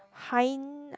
hind~